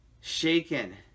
shaken